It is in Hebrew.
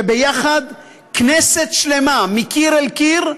שביחד כנסת שלמה, מקיר אל קיר,